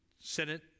Senate